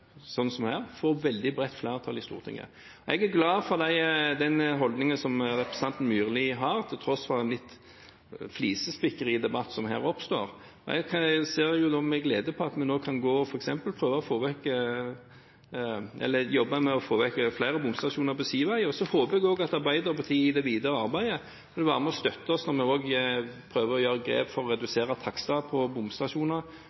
som her, får veldig bredt flertall i Stortinget. Jeg er glad for den holdningen som representanten Myrli har, til tross for den flisespikkeridebatt som her oppstår. Jeg ser med glede på at vi nå f.eks. kan jobbe med å få vekk flere bomstasjoner på sideveier. Så håper jeg også at Arbeiderpartiet i det videre arbeidet vil være med og støtte oss når vi også prøver å gjøre grep for å redusere takster på bomstasjoner